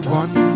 one